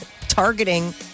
targeting